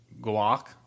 guac